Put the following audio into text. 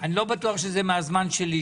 אני לא בטוח שזה מהזמן שלי,